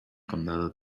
condado